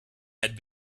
had